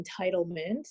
entitlement